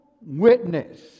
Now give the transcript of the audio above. witness